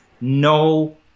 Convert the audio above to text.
no